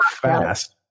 fast